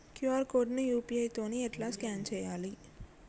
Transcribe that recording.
QR code ని UPI తోని ఎట్లా స్కాన్ చేయాలి?